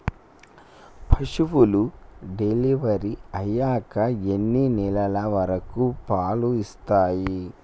పశువులు డెలివరీ అయ్యాక ఎన్ని నెలల వరకు పాలు ఇస్తాయి?